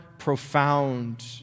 Profound